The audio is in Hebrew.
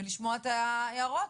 ולשמוע את ההערות.